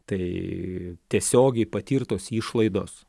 tai tiesiogiai patirtos išlaidos